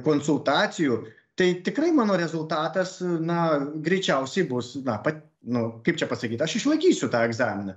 konsultacijų tai tikrai mano rezultatas na greičiausiai bus na pat nu kaip čia pasakyt aš išlaikysiu tą egzaminą